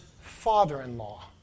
father-in-law